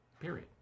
period